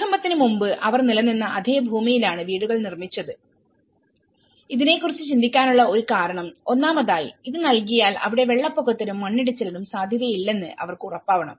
ഭൂകമ്പത്തിന് മുമ്പ് അവർ നിലനിന്ന അതേ ഭൂമിയിലാണ് വീടുകൾ നിർമ്മിച്ചത് ഇതിനെക്കുറിച്ച് ചിന്തിക്കാനുള്ള ഒരു കാരണം ഒന്നാമതായി ഇത് നൽകിയാൽ അവിടെ വെള്ളപ്പൊക്കത്തിനും മണ്ണിടിച്ചിലിനും സാധ്യതയില്ലെന്ന് അവർക്ക് ഉറപ്പാവണം